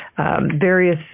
various